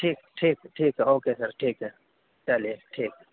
ٹھیک ٹھیک ٹھیک ہے او کے سر ٹھیک ہے چلیے ٹھیک